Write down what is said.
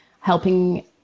helping